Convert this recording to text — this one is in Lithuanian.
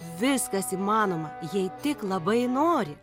viskas įmanoma jei tik labai nori